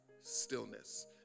stillness